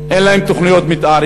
אין להם תוכניות מתאר,